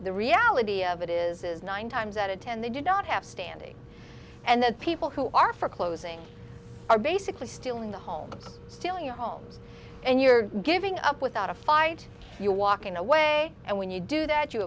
the reality of it is nine times out of ten they did not have standing and the people who are for closing are basically still in the home still your homes and you're giving up without a fight you walking away and when you do that you